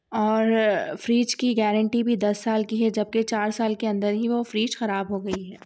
اور فریج کی گارنٹی بھی دس سال کی ہے جبکہ چار سال کے اندر ہی وہ فریج خراب ہو گئی ہے